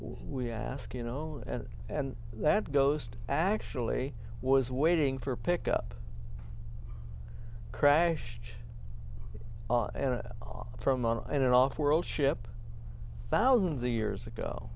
we ask you know and that ghost actually was waiting for pick up crashed in an off world ship thousands of years ago